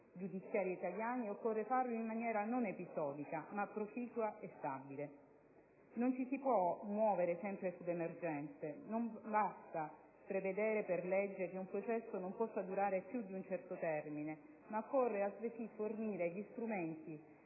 giudiziari italiani, ed occorre farlo in maniera non episodica, ma proficua e stabile. Non ci si può muovere sempre sulle emergenze. Non basta prevedere per legge che un processo non possa durare più di un certo termine ma occorre, altresì, fornire gli strumenti